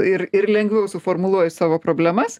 ir ir lengviau suformuluoju savo problemas